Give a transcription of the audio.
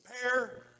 compare